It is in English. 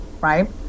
right